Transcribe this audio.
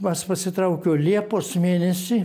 vos pasitraukiau liepos mėnesį